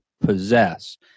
possess